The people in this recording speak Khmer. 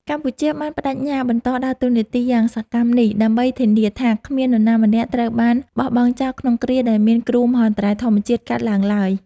កម្ពុជាបានប្តេជ្ញាបន្តដើរតួនាទីយ៉ាងសកម្មនេះ ដើម្បីធានាថាគ្មាននរណាម្នាក់ត្រូវបានបោះបង់ចោលក្នុងគ្រាដែលមានគ្រោះមហន្តរាយធម្មជាតិកើតឡើងឡើយ។